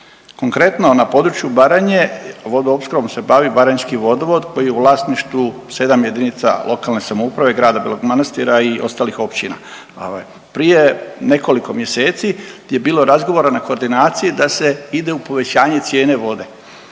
Konkretno, na području Baranje vodoopskrbom se bavi Baranjski vodovod koji je u vlasništvu 7 JLS, grada Belog Manastira i ostalih općina. Prije nekoliko mjeseci je bilo razgovora na koordinaciji da se ide u povećanje cijene vode